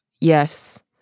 yes